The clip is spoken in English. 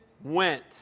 went